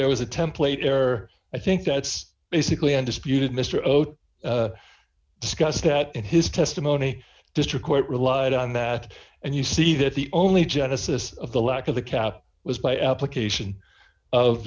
there was a template there i think that's basically undisputed mister discussed that in his testimony district court relied on that and you see that the only genesis of the lack of the cap was by application of